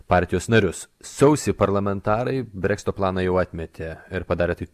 partijos narius sausį parlamentarai breksito planą jau atmetė ir padarė tai